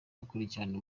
akurikirana